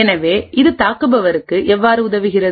எனவே இது தாக்குபவருக்கு எவ்வாறு உதவுகிறது